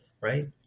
right